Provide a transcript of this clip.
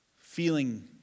feeling